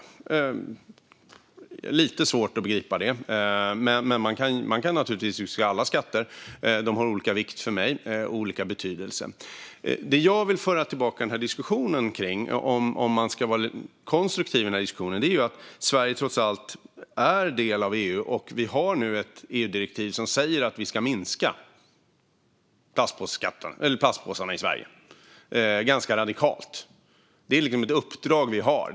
Det är lite svårt att begripa det, men man kan naturligtvis utse alla skatter. De har olika vikt för mig och olika betydelse. Jag vill föra tillbaka den här diskussionen till att Sverige trots allt är en del av EU. Vi har nu ett EU-direktiv som säger att vi ska minska mängden plastpåsar i Sverige ganska radikalt. Det är liksom ett uppdrag vi har.